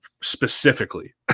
specifically